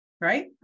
Right